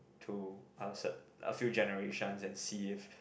to a cer~ a few generation and see if